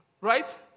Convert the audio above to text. Right